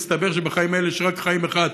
ומסתבר שבחיים האלה חיים רק פעם אחת.